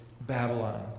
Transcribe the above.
Babylon